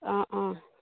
অঁ অঁ